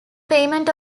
payment